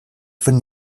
von